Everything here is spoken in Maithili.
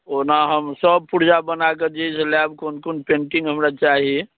ओना हमसभ पुरजा बनाकऽ जे अइसे लायब कोन कोन पेन्टिङ्ग हमरा चाही